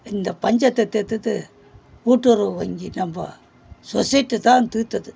இந்த பஞ்சத்தை தீர்த்தது கூட்டுறவு வங்கி நம்ம சொசைட்டி தான் தீர்த்தது